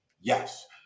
Yes